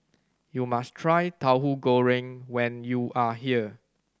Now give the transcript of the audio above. you must try Tauhu Goreng when you are here